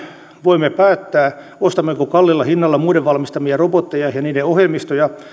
voimme päättää ostammeko kalliilla hinnalla muiden valmistamia robotteja ja niiden ohjelmistoja